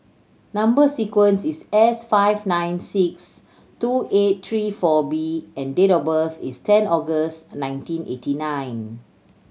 number sequence is S five nine six two eight three four B and date of birth is ten August nineteen eighty nine